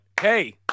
hey